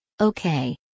Okay